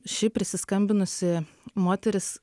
ši prisiskambinusi moteris